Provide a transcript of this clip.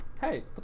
hey